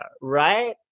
right